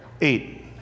eight